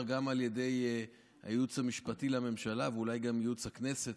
גם על ידי הייעוץ המשפטי לממשלה ואולי גם ייעוץ הכנסת.